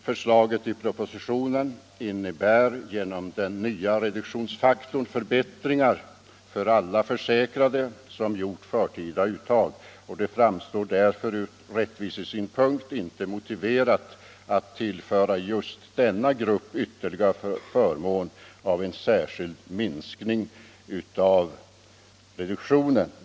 Förslaget i propositionen innebär genom den nya reduktionsfaktorn förbättringar för alla försäkrade som gjort förtida uttag, och det framstår därför ur rättvisesynpunkt inte motiverat att tillföra just denna grupp ytterligare förmån genom en särskild minskning av reduktionen.